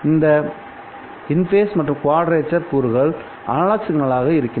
இந்த இன்ஃபேஸ் மற்றும் குவாட்ரேச்சர் கூறுகள் அனலாக் சிக்னல்களாக இருக்கின்றன